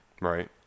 Right